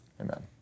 Amen